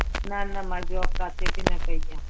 न न मां जॉब किथे बि न कई आहे